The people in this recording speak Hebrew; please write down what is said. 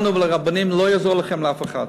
לנו ולרבנים, לא יעזור לכם, לאף אחד.